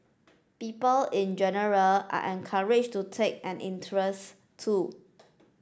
people in general are encouraged to take an interest too